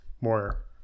more